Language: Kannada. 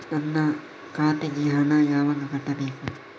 ನನ್ನ ಖಾತೆಗೆ ಹಣ ಯಾವಾಗ ಕಟ್ಟಬೇಕು?